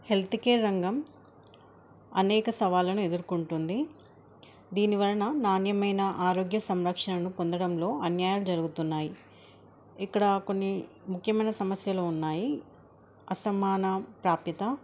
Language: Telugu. హెల్త్క కేర్ రంగం అనేక సవాళ్ళను ఎదుర్కొంటుంది దీని వలన నాణ్యమైన ఆరోగ్య సంరక్షణను పొందడంలో అన్యాలు జరుగుతున్నాయి ఇక్కడ కొన్ని ముఖ్యమైన సమస్యలు ఉన్నాయి అసమాన ప్రాప్యత